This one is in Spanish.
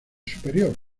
superior